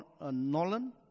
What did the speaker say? Nolan